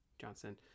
Johnson